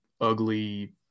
ugly